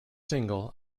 single